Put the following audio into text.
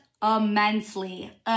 immensely